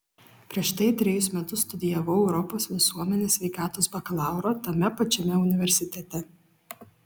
prieš tai trejus metus studijavau europos visuomenės sveikatos bakalaurą tame pačiame universitete